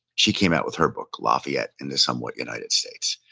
she came out with her book lafayette in the somewhat united states.